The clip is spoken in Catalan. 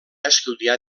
estudiar